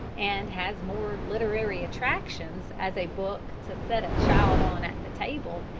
and has more literary attractions as a book to set a child on at the table,